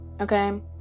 Okay